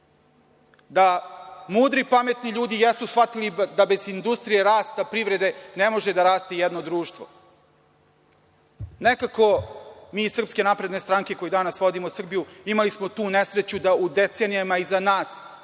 da mudri i pametni ljudi jesu shvatili da bez industrije i rasta privrede ne može da raste jedno društvo. Nekako mi iz SNS, koji danas vodimo Srbiju, imali smo tu nesreću da u decenijama iza nas